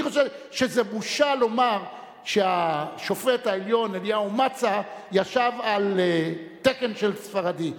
אני חושב שזו בושה לומר שהשופט העליון אליהו מצא ישב על תקן של ספרדי.